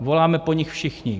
Voláme po nich všichni.